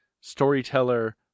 storyteller